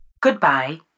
Goodbye